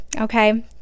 okay